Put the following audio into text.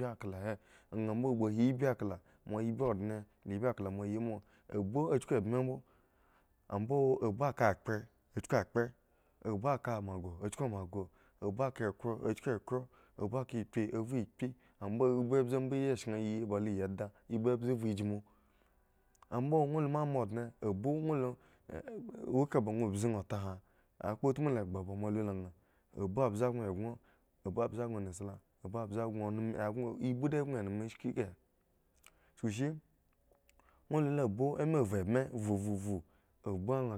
Ibi akla he nha mbo a yi ibi akla moa ibu ondne la ibi akla moa yi moa abu a chku ebme mbo ambo abu ka akpeh a chku akpeh abu ka makho a chku makho abu ka ekhro a chku ekhro abu ka ingb a vhu ingbiambo mbze le sheŋ yi ba lo yi eda ibu mbze vhu inchmu ambo ŋwo lu la moa ondne abu mi lo eh eka ba ŋwo bzu nha ta ha a kpo utmu la egba ba moa lu la nha abu mbze eŋo eggo n abu mbze gŋo nesla abu mbze gŋo neme ibu da gŋo eneme shik kahe chukushi ŋwo lu la abu eme vhu ebme vhu vhu vhu abu nha